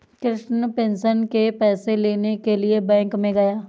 Krishna pension के पैसे लेने के लिए बैंक में गया